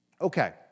Okay